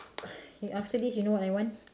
after this you know what I want